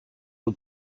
hau